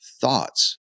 thoughts